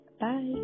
bye